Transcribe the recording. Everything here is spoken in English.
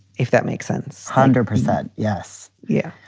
if that makes sense. hundred percent. yes. yeah.